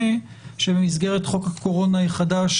ושבמסגרת חוק הקורונה החדש,